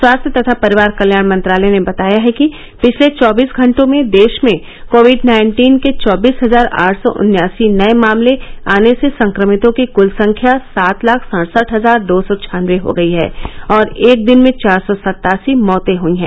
स्वास्थ्य तथा परिवार कल्याण मंत्रालय ने बताया है कि पिछले चौबीस घंटों में देश में कोविड नाइन्टीन के चौबीस हजार आठ सौ उन्यासी नये मामले आने से संक्रमित लोगों की क्ल संख्या सात लाख सड़सठ हजार दो सौ छान्नबे हो गई है और एक दिन में चार सौ सत्तासी मौते हुई हैं